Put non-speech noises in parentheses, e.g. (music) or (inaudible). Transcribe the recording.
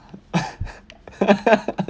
(laughs)